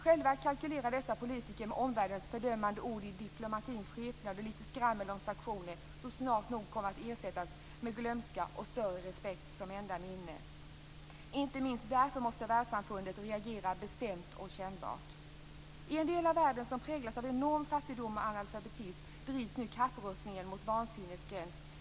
Själva kalkylerar dessa politiker med att omvärldens fördömande ord i diplomatins skepnad och skrammel om sanktioner snart nog kommer att ersättas med glömska och ökad respekt som enda minne. Inte minst därför måste världssamfundet reagera bestämt och kännbart. I en del av världen som präglas av enorm fattigdom och analfabetism drivs nu kapprustningen mot vansinnets gräns.